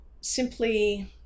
simply